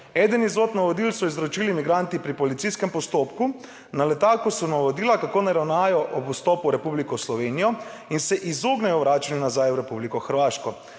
Eden izmed navodil so izročili migranti pri policijskem postopku. Na letaku so navodila kako naj ravnajo ob vstopu v Republiko Slovenijo in se izognejo vračanju nazaj v Republiko Hrvaško